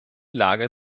lage